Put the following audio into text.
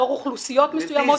לאור אוכלוסיות מסוימות --- גברתי,